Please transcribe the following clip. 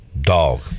Dog